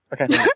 okay